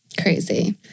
crazy